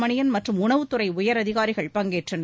மணியன் மற்றும் உணவுத்துறை உயரதிகாரிகள் பங்கேற்றனர்